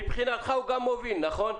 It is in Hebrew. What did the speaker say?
מבחינתך הוא גם מוביל, נכון?